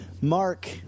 Mark